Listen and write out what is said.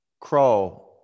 crawl